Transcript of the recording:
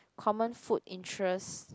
common food interest